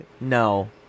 no